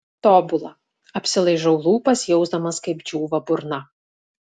tobula apsilaižau lūpas jausdamas kaip džiūva burna